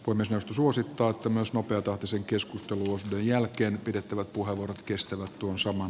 puhemiesneuvosto suosittaa että myös nopeatahtisen keskusteluosuuden jälkeen pidettävät puheenvuorot kestävät tuon saman